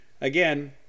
again